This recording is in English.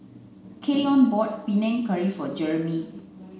Keyon bought Panang Curry for Jereme